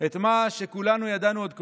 את מה שכולנו ידענו עוד קודם.